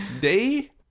day